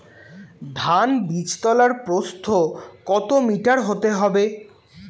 ধান বীজতলার প্রস্থ কত মিটার হতে হবে?